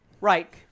Right